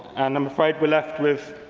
and i'm afraid we are left with